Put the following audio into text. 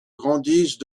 grandissent